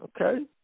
Okay